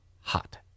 hot